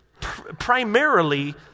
primarily